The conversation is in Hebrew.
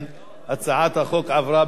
הצעת החוק עברה בקריאה שנייה.